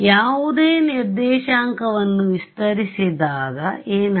ಯಾವುದೇ ನಿರ್ದೇಶಾಂಕವನ್ನು ವಿಸ್ತರಿಸದಿದ್ದಾಗ ಏನಾಯಿತು